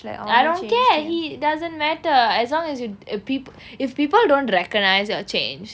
I don't care he doesn't matter as long as you people if people don't recognize your change